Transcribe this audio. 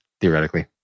theoretically